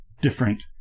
different